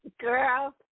Girl